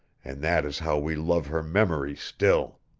and that is how we love her memory still.